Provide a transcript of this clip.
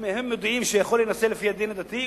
אם הם יודעים שיכולים להינשא לפי הדין הדתי,